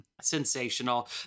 sensational